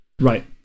right